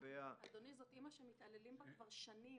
אדוני, זאת אימא שמתעללים בה כבר שנים,